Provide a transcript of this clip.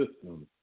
system